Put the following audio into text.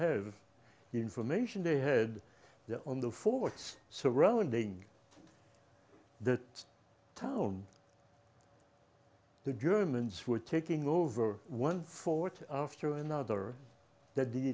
have the information they had there on the forts surrounding the town the germans were taking over one forward after another that the